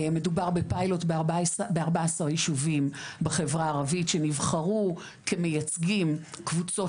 מדובר בפיילוט ב-14 יישובים בחברה הערבית שנבחרו כמייצגים קבוצות